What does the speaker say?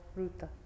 ruta